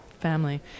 family